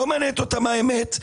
לא מעניינת אותם האמת,